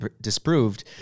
Disproved